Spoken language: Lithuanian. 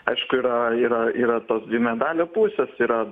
aišku yra yra yra tos dvi medalio pusės yra